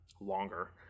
longer